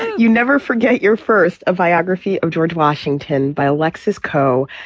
you never forget your first. a biography of george washington by alexis coh.